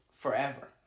Forever